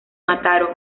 mataró